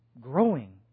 growing